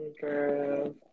Girl